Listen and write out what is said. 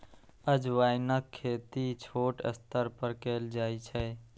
अजवाइनक खेती छोट स्तर पर कैल जाइ छै